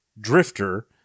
drifter